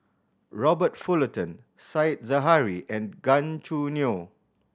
Robert Fullerton Said Zahari and Gan Choo Neo